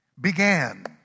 began